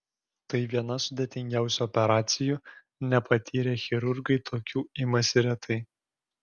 tai viena sudėtingiausių operacijų nepatyrę chirurgai tokių imasi retai